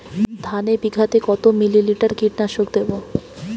ধানে বিঘাতে কত মিলি লিটার কীটনাশক দেবো?